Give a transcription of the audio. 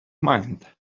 mind